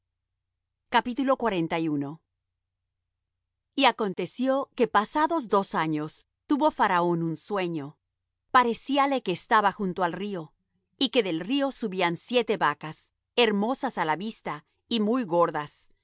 olvidó y acontecio que pasados dos años tuvo faraón un sueño parecíale que estaba junto al río y que del río subían siete vacas hermosas á la vista y muy gordas